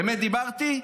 אמת דיברתי?